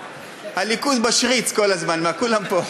הליכוד משריץ כל הזמן, כולם פה.